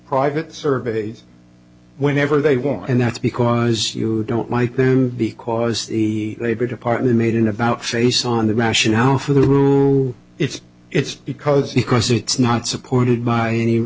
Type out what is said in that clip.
private surveys whenever they want and that's because you don't like them because the labor department made an about face on the rationale for the rule it's it's because the cause it's not supported by any